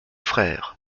frères